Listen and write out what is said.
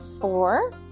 four